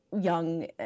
young